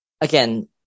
again